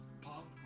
Pop